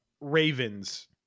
Ravens